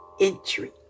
entry